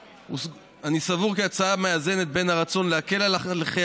אני סבור כי ההצעה מאזנת בין הרצון להקל על הליכי